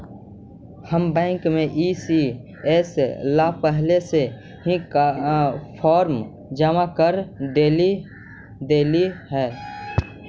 हम बैंक में ई.सी.एस ला पहले से ही फॉर्म जमा कर डेली देली हल